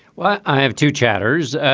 well, i have two chatters.